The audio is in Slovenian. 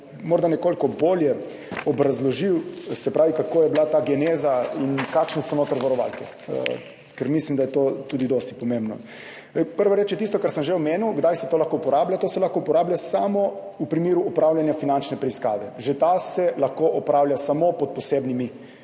morda nekoliko bolje obrazložil, kakšna je bila ta geneza in katere varovalke so notri, ker mislim, da je to tudi zelo pomembno. Prva reč je tisto, kar sem že omenil, kdaj se lahko to uporablja. To se lahko uporablja samo v primeru opravljanja finančne preiskave, že ta se lahko opravlja samo pod posebnimi